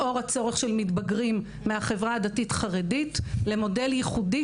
לאור הצורך של מתבגרים מהחברה הדתית-חרדית למודל ייחודי